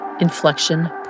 inflection